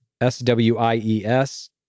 S-W-I-E-S